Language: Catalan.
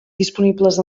disponibles